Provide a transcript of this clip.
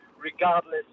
regardless